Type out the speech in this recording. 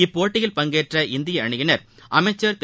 இப்போட்டியில் பங்கேற்ற இந்திய அணியினர் அமைச்சர் திரு